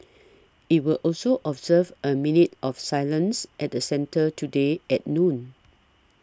it will also observe a minute of silence at the centre today at noon